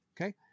Okay